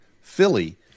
Philly